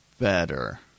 Better